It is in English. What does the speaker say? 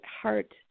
heart